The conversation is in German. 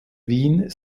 wien